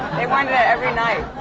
they wanted it every night!